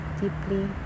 deeply